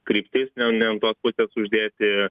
kryptis ne ne ant tos pusės uždėti